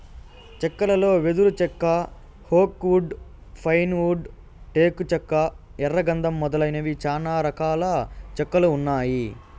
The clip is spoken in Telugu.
చెక్కలలో వెదురు చెక్క, ఓక్ వుడ్, పైన్ వుడ్, టేకు చెక్క, ఎర్ర గందం మొదలైనవి చానా రకాల చెక్కలు ఉన్నాయి